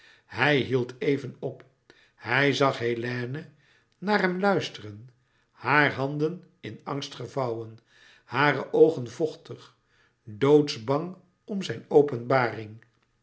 hij hield even op hij zag hélène naar hem luisteren hare handen in angst gevouwen hare oogen vochtig doodsbang om zijn openbaring